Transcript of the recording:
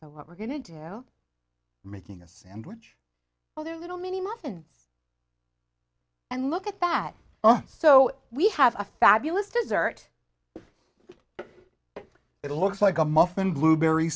so what we're going to do making a sandwich all the little mini muffins and look at that oh so we have a fabulous dessert it looks like a muffin blueberry